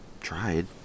tried